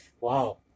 Wow